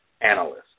analysts